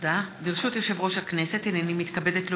ברשות יושב-ראש הכנסת, הינני מתכבדת להודיעכם,